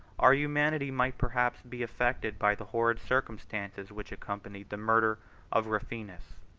our humanity might perhaps be affected by the horrid circumstances which accompanied the murder of rufinus.